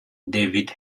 david